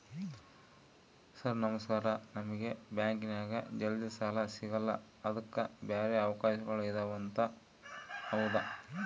Sir ನಮಸ್ಕಾರ ನಮಗೆ ಬ್ಯಾಂಕಿನ್ಯಾಗ ಜಲ್ದಿ ಸಾಲ ಸಿಗಲ್ಲ ಅದಕ್ಕ ಬ್ಯಾರೆ ಅವಕಾಶಗಳು ಇದವಂತ ಹೌದಾ?